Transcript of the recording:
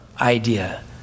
idea